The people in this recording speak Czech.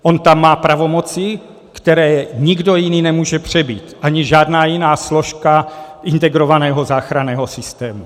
On tam má pravomoci, které nikdo jiný nemůže přebít, ani žádná jiná složka integrovaného záchranného systému.